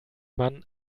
man